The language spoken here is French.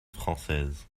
française